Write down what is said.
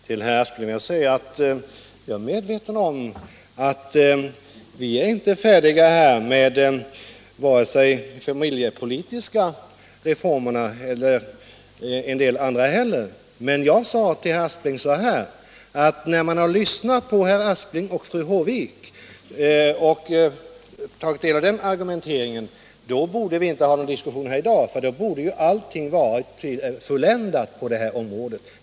Herr talman! Till herr Aspling vill jag säga att jag är medveten om att vi inte är färdiga med reformverksamheten vare sig inom familjepolitiken eller på en del andra områden. Men vad jag sade till herr Aspling var, att det efter herr Asplings och fru Håviks argumentering närmast framstod som om vi inte alls borde ha haft någon diskussion i dag, eftersom allt nu borde ha varit fulländat på detta område.